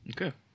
Okay